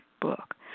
book